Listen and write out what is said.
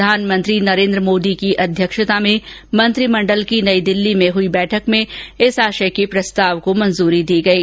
प्रधानमंत्री नरेन्द्र मोदी की अध्यक्षता में मंत्रिमंडल की नई दिल्ली में हई बैठक में इस आशय के प्रस्ताव को स्वीकृति दी गयी